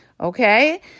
Okay